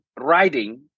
writing